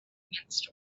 against